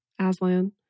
Aslan